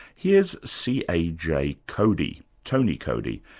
here's c. a. j. coady, tony coady,